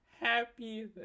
happy